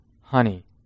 honey